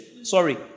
Sorry